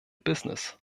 business